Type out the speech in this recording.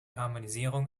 harmonisierung